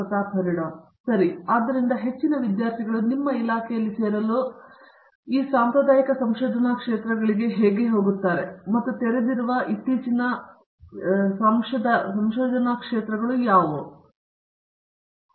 ಪ್ರತಾಪ್ ಹರಿಡೋಸ್ ಸರಿ ಮತ್ತು ಆದ್ದರಿಂದ ಹೆಚ್ಚಿನ ವಿದ್ಯಾರ್ಥಿಗಳು ನಿಮ್ಮ ಇಲಾಖೆಯಲ್ಲಿ ಸೇರಲು ಈ ಸಾಂಪ್ರದಾಯಿಕ ಸಂಶೋಧನಾ ಕ್ಷೇತ್ರಗಳಿಗೆ ಹೋಗುತ್ತಾರೆ ಅಥವಾ ನೀವು ತೆರೆದಿರುವ ಇತ್ತೀಚಿನ ಪ್ರದೇಶಗಳಿಗೆ ಹೆಚ್ಚು